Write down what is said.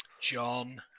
John